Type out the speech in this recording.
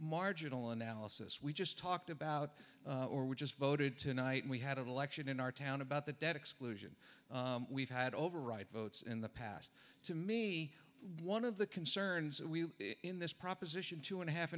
marginal analysis we just talked about or we just voted tonight we had an election in our town about the debt exclusion we've had overwrite votes in the past to me one of the concerns and we in this proposition two and a half